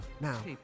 Now